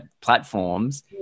platforms